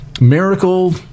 Miracle